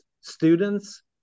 students